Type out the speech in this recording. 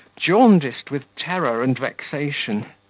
jaundiced with terror and vexation.